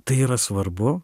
tai yra svarbu